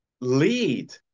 lead